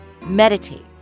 Meditate